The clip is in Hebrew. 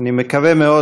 אני מקווה מאוד,